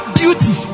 beauty